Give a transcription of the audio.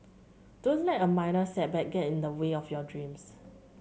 don't let a minor setback get in the way of your dreams